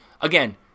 again—